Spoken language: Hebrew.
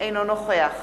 אינו נוכח